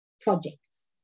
projects